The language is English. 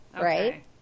Right